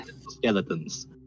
skeletons